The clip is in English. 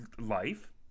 life